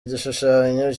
igishushanyo